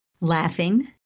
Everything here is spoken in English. Laughing